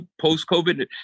post-covid